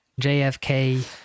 JFK